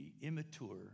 immature